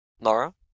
Laura